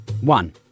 One